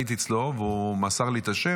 הייתי אצלו, והוא מסר לי את השם.